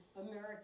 American